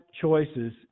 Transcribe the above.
choices